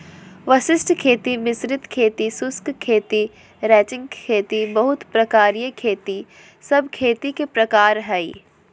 वशिष्ट खेती, मिश्रित खेती, शुष्क खेती, रैचिंग खेती, बहु प्रकारिय खेती सब खेती के प्रकार हय